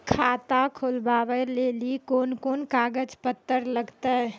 खाता खोलबाबय लेली कोंन कोंन कागज पत्तर लगतै?